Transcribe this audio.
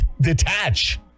detach